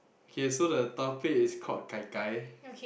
okay so the topic is called Gai-Gai